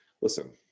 listen